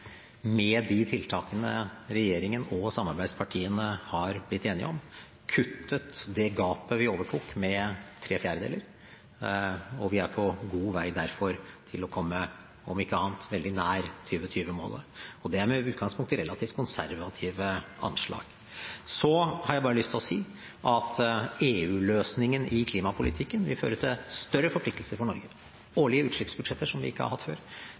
med de tiltakene regjeringen og samarbeidspartiene har blitt enige om, kuttet det gapet vi overtok, med tre fjerdedeler, og vi er derfor på god vei til å komme – om ikke annet – veldig nær 2020-målet, og det er med utgangspunkt i relativt konservative anslag. Så har jeg bare lyst til å si at EU-løsningen i klimapolitikken vil føre til større forpliktelser for Norge: årlige utslippsbudsjetter som vi ikke har hatt før,